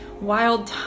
wild